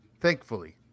thankfully